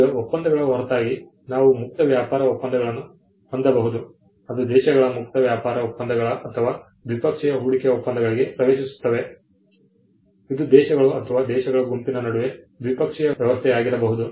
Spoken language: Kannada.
ಈಗ ಒಪ್ಪಂದಗಳ ಹೊರತಾಗಿ ನಾವು ಮುಕ್ತ ವ್ಯಾಪಾರ ಒಪ್ಪಂದಗಳನ್ನು ಹೊಂದಬಹುದು ಅದು ದೇಶಗಳ ಮುಕ್ತ ವ್ಯಾಪಾರ ಒಪ್ಪಂದಗಳ ಅಥವಾ ದ್ವಿಪಕ್ಷೀಯ ಹೂಡಿಕೆ ಒಪ್ಪಂದಗಳಿಗೆ ಪ್ರವೇಶಿಸುತ್ತವೆ ಇದು ದೇಶಗಳು ಅಥವಾ ದೇಶಗಳ ಗುಂಪಿನ ನಡುವೆ ದ್ವಿಪಕ್ಷೀಯ ವ್ಯವಸ್ಥೆಯಾಗಿರಬಹುದು